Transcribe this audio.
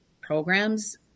programs